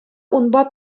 унпа